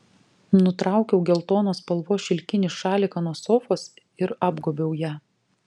nutraukiau geltonos spalvos šilkinį šaliką nuo sofos ir apgobiau ją